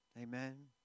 Amen